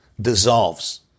dissolves